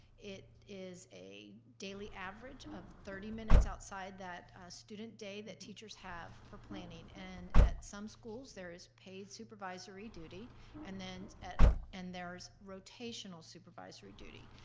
it is a daily average of thirty minutes outside that student day that teachers have for planning and at some schools, there's paid supervisory duty and then and there's rotational supervisory duty.